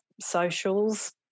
socials